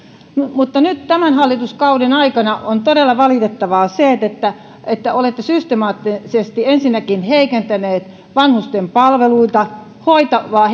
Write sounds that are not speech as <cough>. mutta nyt tämän hallituskauden aikana on ollut todella valitettavaa se että että olette systemaattisesti ensinnäkin heikentäneet vanhusten palveluita hoitavaa <unintelligible>